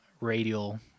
radial